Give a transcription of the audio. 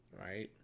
Right